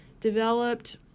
developed